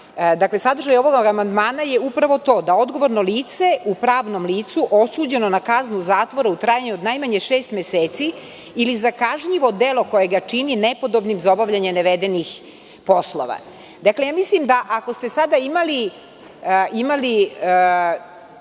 delatnošću. Sadržaj ovog amandmana je upravo to, da odgovorno lice u pravnom licu osuđeno na kaznu zatvora u trajanju od najmanje šest meseci ili za kažnjivo delo koje ga čini nepodobnim za obavljanje navedenih poslova. Ako ste sada imali,